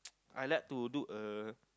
I like to do a